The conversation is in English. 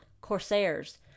corsairs